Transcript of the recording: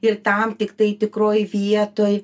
ir tam tiktai tikroj vietoj